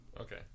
Okay